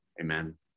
Amen